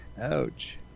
Ouch